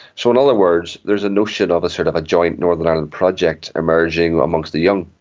so in other words, there's a notion of sort of a joint northern ireland project emerging amongst the young,